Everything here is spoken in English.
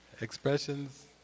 expressions